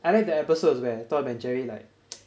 I like the episodes where tom and jerry like